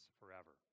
forever